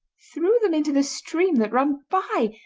threw them into the stream that ran by.